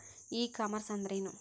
E commerce ಅಂದ್ರೇನು?